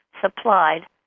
supplied